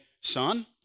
son